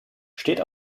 steht